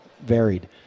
varied